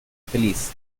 feliz